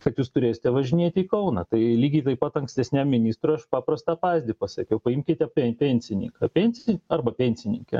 kad jūs turėsite važinėti į kauną tai lygiai taip pat ankstesniam ministrui už paprastą pavyzdį pasakiau paimkite pen pensininką pensi arba pensininkę